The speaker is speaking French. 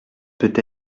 peut